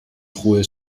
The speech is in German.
ruhe